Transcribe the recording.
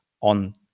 on